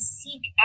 seek